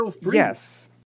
yes